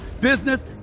business